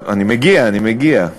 אני מגיע,